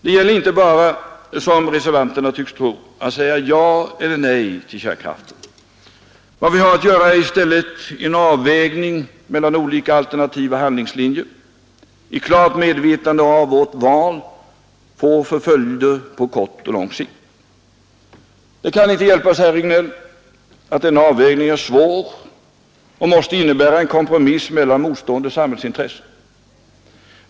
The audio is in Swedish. Det gäller inte bara, som reservanterna tycks tro, att säga ja eller nej till kärnkraften. Vad vi har att göra är i stället en avvägning mellan olika alternativa handlingslinjer, i klart medvetande om vilka följder vårt val får på kort och lång sikt. Det kan inte hjälpas, herr Regnéll, att denna avvägning är svår och måste innebära en kompromiss mellan motstående samhällsintressen.